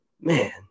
man